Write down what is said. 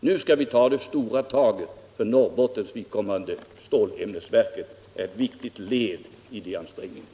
Nu skall vi ta det stora taget för Norrbottens vidkommande. Stålämnesverket är ett viktigt led i de ansträngningarna.